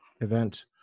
event